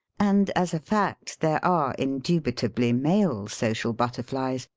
and, as a fact, there are indubitably male social butterflies,